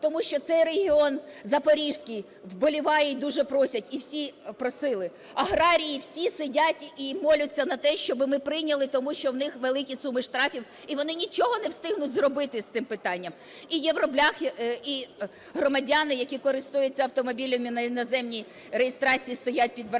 тому що цей регіон запорізький вболіває і дуже просить, і всі просили. Аграрії всі сидять і моляться на те, щоби ми прийняли, тому що у них великі суми штрафів, і вони нічого не встигнуть зробити з цим питанням. І "євробляхи", і громадяни, які користуються автомобілями на іноземній реєстрації, стоять під